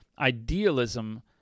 Idealism